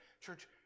church